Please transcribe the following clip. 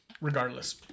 regardless